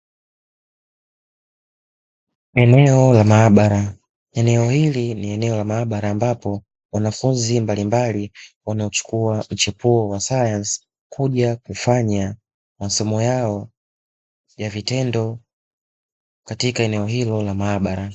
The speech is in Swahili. Eneo la maabara; eneo hili ni eneo la maabara, ambapo wanafunzi mbalimbali wanaochukua mchepuo wa sayansi, huja kufanya masomo yao ya vitendo katika eneo hilo la maabara.